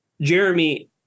Jeremy